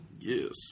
Yes